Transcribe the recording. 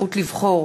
הזכות לבחור),